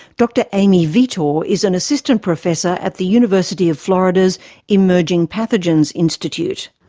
dr amy vittor is an assistant professor at the university of florida's emerging pathogens institute.